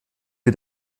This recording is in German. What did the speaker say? sie